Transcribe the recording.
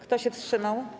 Kto się wstrzymał?